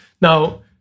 Now